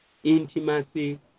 Intimacy